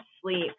sleep